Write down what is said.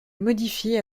modifie